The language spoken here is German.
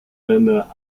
länder